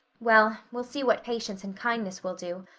well, we'll see what patience and kindness will do.